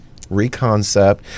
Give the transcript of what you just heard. reconcept